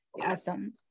Awesome